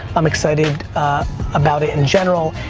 i'm excited about it in general.